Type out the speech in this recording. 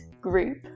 group